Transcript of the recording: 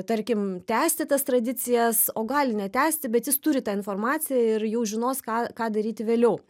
tarkim tęsti tas tradicijas o gali netęsti bet jis turi tą informaciją ir jau žinos ką ką daryti vėliau